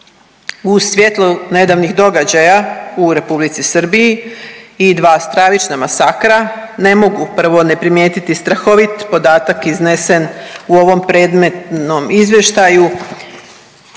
U svjetlu nedavnih događaja u Republici Srbiji i dva stravična masakra ne mogu prvo ne primijetiti strahovit podatka iznesen u ovom predmetnom izvještaju